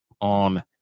on